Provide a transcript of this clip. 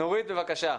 נורית, בבקשה.